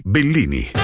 Bellini